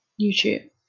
YouTube